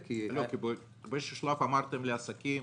כי -- באיזה שהוא שלב אמרתם לעסקים